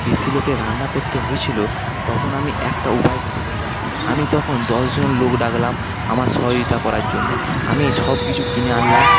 বেশী লোকের রান্না করতে হয়েছিল তখন আমি একটা উপায় বের করলাম আমি তখন দশজন লোক ডাকলাম আমার সহযোগিতা করার জন্য আমি সব কিছু কিনে আনলাম